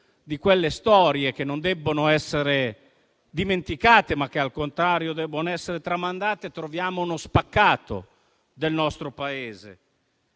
di quelle storie che non debbono essere dimenticate ma che, al contrario, debbono essere tramandate, troviamo uno spaccato del nostro Paese: